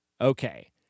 Okay